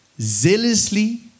zealously